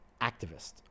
activist